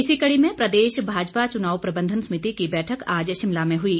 इसी कड़ी में प्रदेश भाजपा चुनाव प्रबंधन समिति की बैठक आज शिमला में हुई